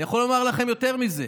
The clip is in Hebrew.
אני יכול לומר לכם יותר מזה,